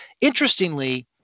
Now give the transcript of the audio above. Interestingly